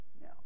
Now